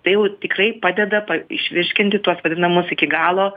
tai jau tikrai padeda pa išvirškinti tuos vadinamus iki galo